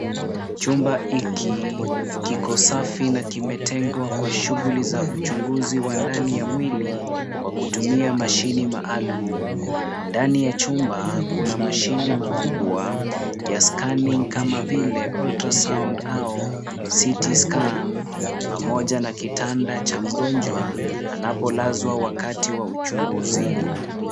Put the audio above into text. Chumba hiki kiko safi na kimetengewa kwa shughuli za uchunguzi wa ndani ya mwili, kwa kutumia mashine maalum, ndani ya chumba kuna mashine makubwa ya scanning kama vile ultrasound au CT scan pamoja na kitanda cha mgonjwa anapolazwa wakati wachunguzi.